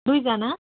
दुईजना